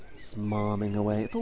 smarming away, it's all